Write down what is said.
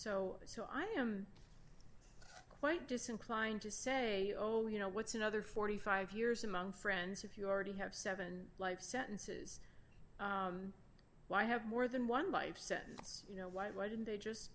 so so i am quite disinclined to say oh you know what's another forty five years among friends if you already have seven life sentences why have more than one life sentence you know why didn't they just